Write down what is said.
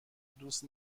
دوست